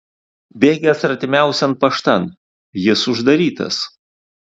bėgęs artimiausian paštan jis uždarytas